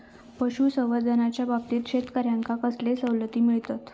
पशुसंवर्धनाच्याबाबतीत शेतकऱ्यांका कसले सवलती मिळतत?